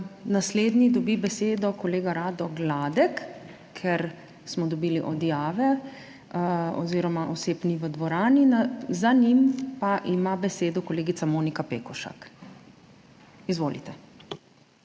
Naslednji dobi besedo kolega Rado Gladek, ker smo dobili odjave oziroma oseb ni v dvorani, za njim pa ima besedo kolegica Monika Pekošak. Izvolite.